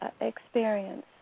experience